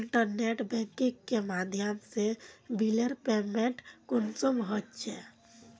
Internet banking के माध्यम से बिलेर पेमेंट कुंसम होचे?